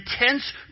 intense